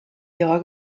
ihrer